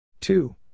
Two